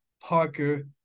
Parker